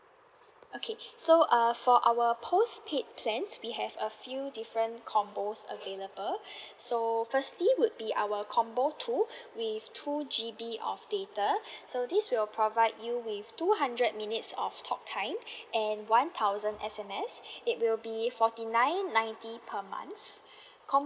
okay so uh for our postpaid plans we have a few different combos available so firstly would be our combo two with two G_B of data so this will provide you with two hundred minutes of talk time and one thousand S_M_S it will be forty nine ninety per month com~